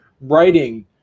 writing